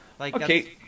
Okay